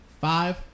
Five